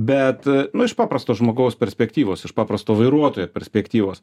bet nu iš paprasto žmogaus perspektyvos iš paprasto vairuotojo perspektyvos